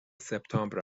سپتامبر